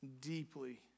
deeply